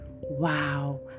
Wow